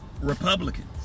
Republicans